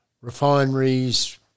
refineries